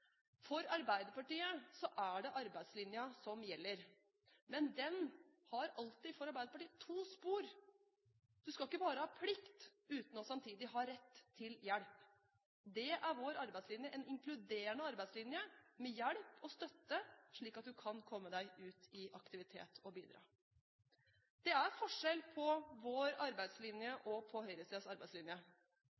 For Arbeiderpartiet er det arbeidslinjen som gjelder. Men den har alltid for Arbeiderpartiet to spor. Du skal ikke bare ha plikt uten at du samtidig har rett til hjelp. Det er vår arbeidslinje – en inkluderende arbeidslinje med hjelp og støtte, slik at du kan komme deg ut i aktivitet og bidra. Det er forskjell på vår arbeidslinje